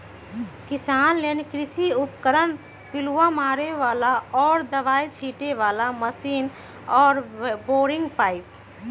किसान लेल कृषि उपकरण पिलुआ मारे बला आऽ दबाइ छिटे बला मशीन आऽ बोरिंग पाइप